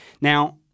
Now